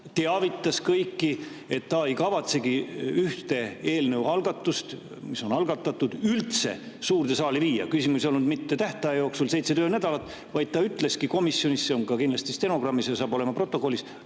teavitas kõiki, et ta ei kavatse ühte eelnõu, mis on algatatud, üldse suurde saali viia. Küsimus ei olnud mitte tähtaja jooksul, seitse töönädalat, vaid ta ütles komisjonis, see on ka kindlasti stenogrammis ja saab olema protokollis,